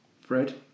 Fred